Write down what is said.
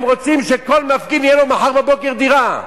הם רוצים שכל מפגין, תהיה לו מחר בבוקר דירה.